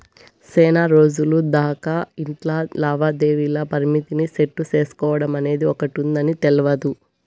సేనారోజులు దాకా ఇట్లా లావాదేవీల పరిమితిని సెట్టు సేసుకోడమనేది ఒకటుందని తెల్వదు